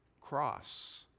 cross